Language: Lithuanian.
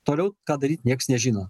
toliau ką daryt nieks nežino